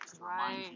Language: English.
Right